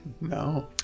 no